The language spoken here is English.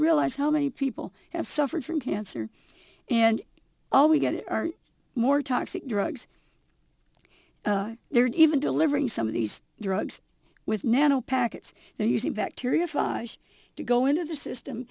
realize how many people have suffered from cancer and all we get are more toxic drugs they're even delivering some of these drugs with nano packets they're using bacteria five to go into the system